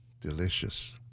Delicious